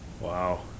Wow